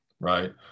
Right